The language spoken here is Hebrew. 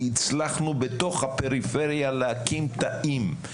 הצלחנו בתוך הפריפריה להקים תאים,